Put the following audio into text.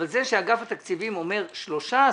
אבל זה שאגף התקציבים אומר 13,